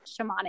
shamanic